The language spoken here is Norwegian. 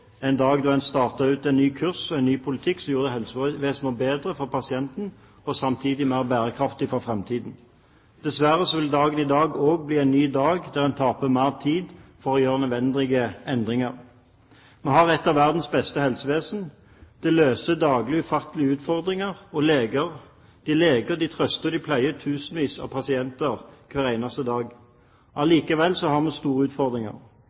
en dag da en staket ut en ny kurs og en ny politikk som gjorde helsevesenet vårt bedre for pasientene og samtidig mer bærekraftig for framtiden. Dessverre vil dagen i dag også bli en ny dag der en taper mer tid for å gjøre nødvendige endringer. Vi har et av verdens beste helsevesen, det løser daglig ufattelige utfordringer – de leger, de trøster og de pleier tusenvis av pasienter hver eneste dag. Allikevel har vi store utfordringer.